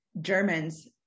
germans